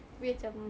tapi macam